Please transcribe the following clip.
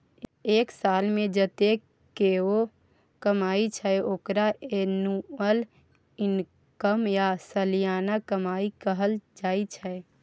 एक सालमे जतेक केओ कमाइ छै ओकरा एनुअल इनकम या सलियाना कमाई कहल जाइ छै